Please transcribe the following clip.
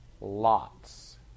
Lots